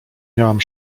miałam